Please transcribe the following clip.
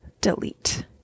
delete